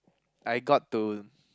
I got to